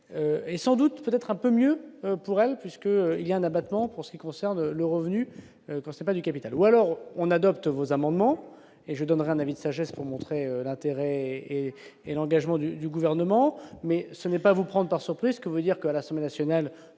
et, sans doute, peut-être un peu mieux pour elle, puisque il y a un abattement pour ce qui concerne le revenu c'est pas du capital ou alors on adopte vos amendements et je donnerai un avis de sagesse pour montrer l'intérêt et l'engagement du du gouvernement, mais ce n'est pas vous prendre par surprise, que veut dire que la semaine nationale